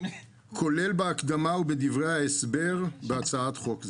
כולל בהקדמה ובדברי ההסבר בהצעת חוק זה.